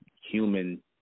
human